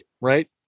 Right